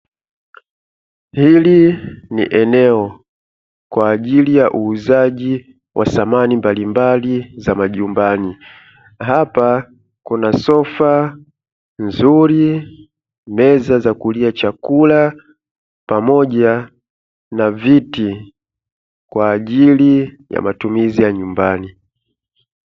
Hili ni eneo kwa ajili ya uuzaji wa samani mbalimbali za majumbani, hapa kuna sofa nzuri meza za kulia chakula pamoja na viti, kwa ajili ya matumizi ya nyumbani.